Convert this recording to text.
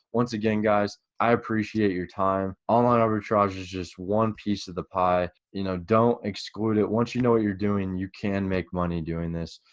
once again guys, i appreciate your time. online arbitrage is just one piece of the pie but you know don't exclude it. once you know what you're doing, you can make money doing this.